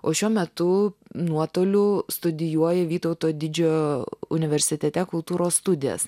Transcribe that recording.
o šiuo metu nuotoliu studijuoji vytauto didžiojo universitete kultūros studias